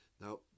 Now